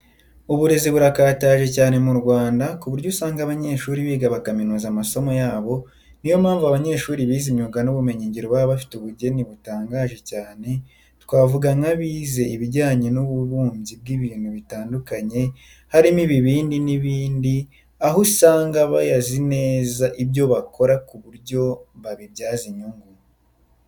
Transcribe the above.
Uburezi burakataje cyane mu Rwanda ku buryo usanga abanyeshuri biga bakaminuza amasomo yabo, niyo mpamvu abanyeshuri bize imyuga n'ubumenyingiro baba bafite ubugeni butangaje cyane twavuga nk'abize ibijyanye n'ububumbyi bw'ibintu bitandukanye harimo ibibindi n'ibindi aho usanga bazi neza ibyo bakora ku buryo babibyaza inyungu.